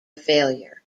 failure